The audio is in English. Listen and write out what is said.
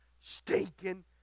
stinking